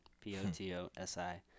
P-O-T-O-S-I